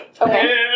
Okay